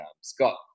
scott